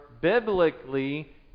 biblically